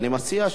אני מציע,